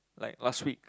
like last week